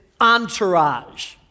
entourage